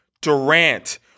Durant